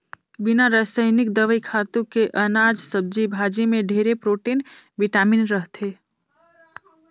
बिना रसइनिक दवई, खातू के अनाज, सब्जी भाजी में ढेरे प्रोटिन, बिटामिन रहथे